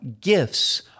gifts